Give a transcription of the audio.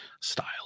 style